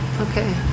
Okay